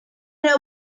era